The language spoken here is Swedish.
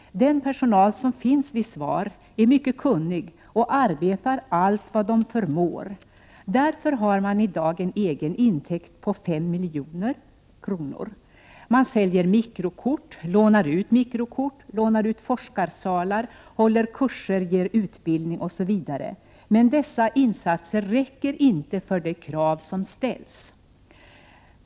Den personal som finns vid SVAR är mycket kunnig och arbetar allt vad den förmår. Därför har man i dag en egen intäkt på 5 milj.kr. Man säljer mikrokort, lånar ut mikrokort, lånar ut forskarsalar, håller kurser, ger utbildning osv. Dessa insatser räcker dock inte för de krav som ställs.